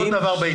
כל דבר בעתו.